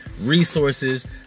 resources